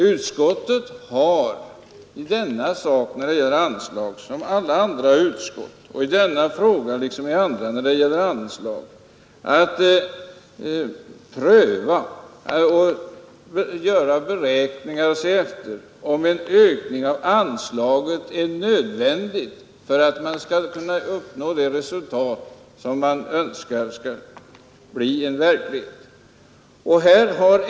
Utskottet har, liksom alla andra utskott, i denna fråga, liksom i andra frågor som gäller anslag, att göra beräkningar av huruvida en ökning av anslaget är nödvändig för att man skall kunna uppnå önskade resultat.